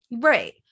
Right